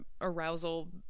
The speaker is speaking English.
arousal